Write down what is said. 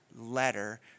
letter